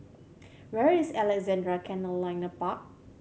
where is Alexandra Canal Linear Park